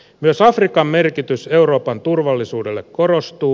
myös afrikan merkitys euroopan turvallisuudelle korostuu